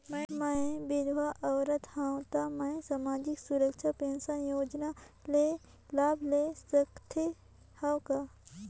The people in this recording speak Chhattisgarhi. मैं विधवा औरत हवं त मै समाजिक सुरक्षा पेंशन योजना ले लाभ ले सकथे हव का?